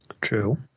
True